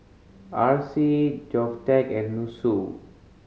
R C GovTech and NUSSU